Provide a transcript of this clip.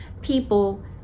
people